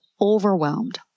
overwhelmed